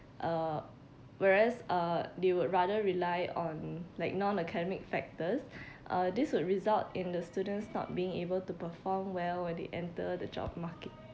uh whereas uh they would rather rely on like non-academic factors uh this would result in the students not being able to perform well when they enter the job market